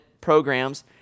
programs